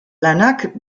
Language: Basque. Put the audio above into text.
lanak